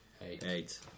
eight